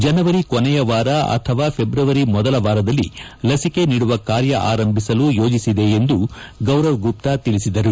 ಜನವರಿ ಕೊನೆಯ ವಾರ ಅಥವಾ ಹೆಬ್ರವರಿ ಮೊದಲ ವಾರದಲ್ಲಿ ಲಭಿಕೆ ನೀಡುವ ಕಾರ್ಯ ಆರಂಭಿಸಲು ಯೋಜಿಸಿದೆ ಎಂದು ಗೌರವ ಗುಪ್ತಾ ತಿಳಿಸಿದ್ದಾರೆ